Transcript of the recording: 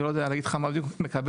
אני לא יודע להגיד לך מה בדיוק הוא מקבל,